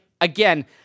again